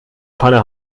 pfanne